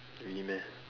really meh